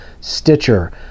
Stitcher